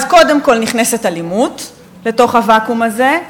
אז קודם כול נכנסת אלימות לתוך הוואקום הזה,